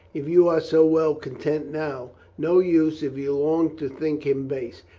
if you are so well content now. no use if you long to think him base.